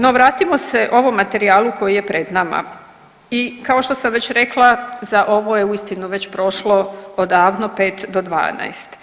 No, vratimo se ovom materijalu koji je pred nama i kao što sam već rekla, za ovo je uistinu već prošlo odavno 5 do 12.